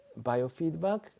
biofeedback